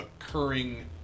occurring